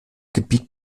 gebiet